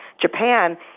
Japan